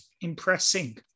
impressing